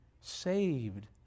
saved